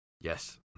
Yes